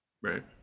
Right